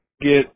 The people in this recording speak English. get